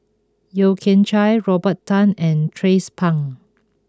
Yeo Kian Chai Robert Tan and Tracie Pang